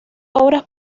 obras